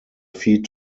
feet